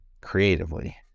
creatively